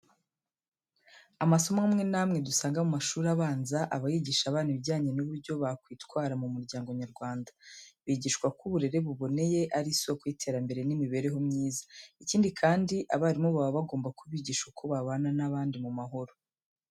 Amasomo amwe n'amwe dusanga mu mashuri abanza, aba yigisha abana ibijyane n'uburyo bakwitwara mu muryango nyarwanda. Bigishwa ko uburere buboneye, ari isoko y'iterambere n'imibereho myiza. Ikindi kandi abarimu baba bagomba kubigisha uko babana n'abandi mu mahoro.